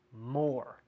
more